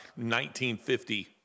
1950